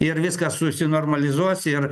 ir viskas susinormalizuos ir